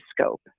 scope